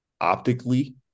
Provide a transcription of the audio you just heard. optically